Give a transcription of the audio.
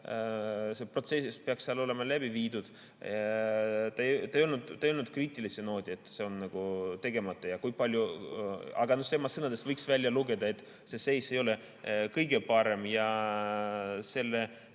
see protsess peaks olema läbi viidud. Ta ei öelnud kriitilisel noodil, et see on tegemata, aga tema sõnadest võiks välja lugeda, et see seis ei ole kõige parem, ja ta